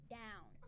down